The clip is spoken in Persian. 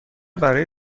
برای